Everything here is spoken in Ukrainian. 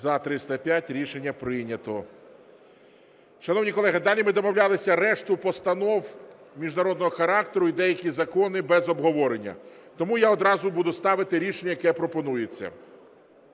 За-305 Рішення прийнято. Шановні колеги, далі ми домовлялися решту постанов міжнародного характеру і деякі закони без обговорення. Тому я одразу буду ставити рішення, яке пропонується.